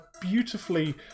beautifully